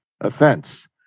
offense